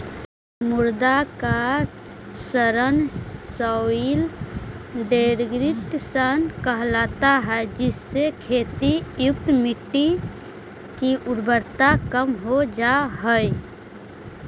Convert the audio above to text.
मृदा का क्षरण सॉइल डिग्रेडेशन कहलाता है जिससे खेती युक्त मिट्टी की उर्वरता कम हो जा हई